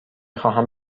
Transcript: خواهم